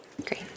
Great